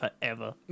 forever